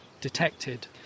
detected